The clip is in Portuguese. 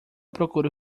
procure